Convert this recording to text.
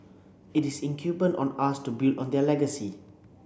it is incumbent on us to build on their legacy